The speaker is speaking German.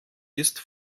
ist